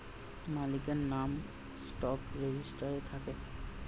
মালিকের নাম স্টক রেজিস্টারে থাকে